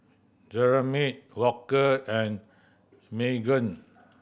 Jeremy Walker and Maegan